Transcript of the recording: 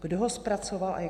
Kdo ho zpracoval?